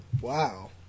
Wow